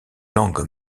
langue